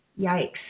yikes